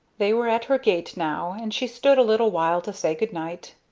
they were at her gate now, and she stood a little while to say good-night.